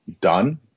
done